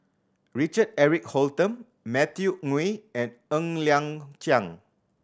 Richard Eric Holttum Matthew Ngui and Ng Liang Chiang